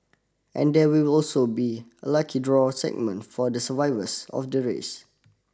and there will also be a lucky draw segment for the survivors of the race